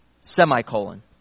semicolon